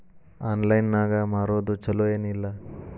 Online ನಾಗ್ ಮಾರೋದು ಛಲೋ ಏನ್ ಇಲ್ಲ?